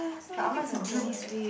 but Ahmad is a joke eh